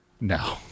No